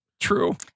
true